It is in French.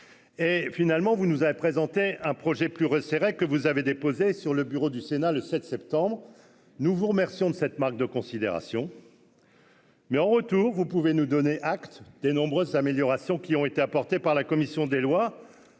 et finalement vous nous avait présenté un projet plus resserrée que vous avez déposé sur le bureau du Sénat le 7 septembre nous vous remercions de cette marque de considération. Mais en retour, vous pouvez nous donner acte des nombreuses améliorations qui ont été apportées par la commission des lois